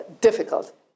difficult